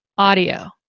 Audio